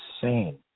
insane